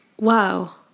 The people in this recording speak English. wow